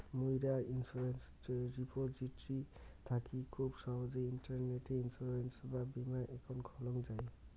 মুইরা insurance repository থাকি খুব সহজেই ইন্টারনেটে ইন্সুরেন্স বা বীমা একাউন্ট খোলাং যাই